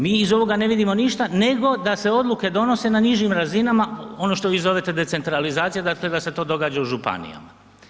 Mi iz ovoga ne vidimo ništa nego da se odluke donose na nižim razinama, ono što vi zovete decentralizacija, dakle da se to događa u županijama.